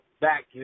back